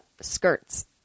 skirts